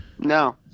no